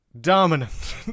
dominant